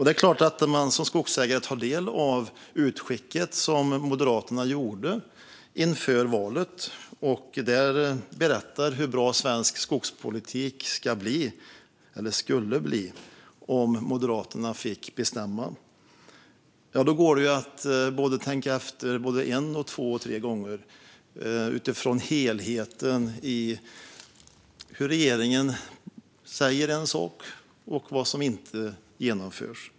Det är klart att man som skogsägare tagit del av det utskick som Moderaterna gjorde inför valet och där det berättas hur bra svensk skogspolitik skulle bli om Moderaterna fick bestämma. Men det gäller att tänka på helheten både en och två och tre gånger utifrån vad regeringen säger och vad som inte genomförs.